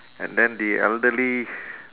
and then the elderly